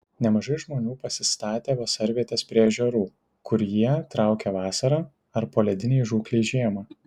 nemažai žmonių pasistatė vasarvietes prie ežerų kur jie traukia vasarą ar poledinei žūklei žiemą